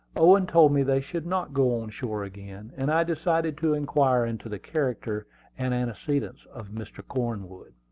owen told me they should not go on shore again, and i decided to inquire into the character and antecedents of mr. cornwood.